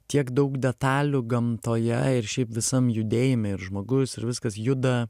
tiek daug detalių gamtoje ir šiaip visam judėjime ir žmogus ir viskas juda